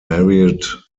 married